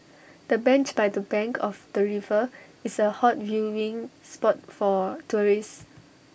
the bench by the bank of the river is A hot viewing spot for tourists